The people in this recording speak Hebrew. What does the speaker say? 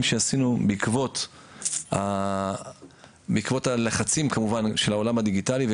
שעשינו בעקבות הלחצים כמובן של העולם הדיגיטלי,